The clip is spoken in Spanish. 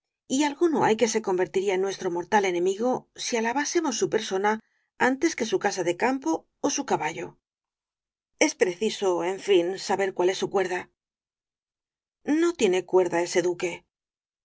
y alguno hay que se convertiría en nuestro mortal enemigo si alabásemos su persona antes que su casa de campo ó su o rosalía de castro caballo es preciso en fin saber cuál es su cuerda no tiene cuerda ese duque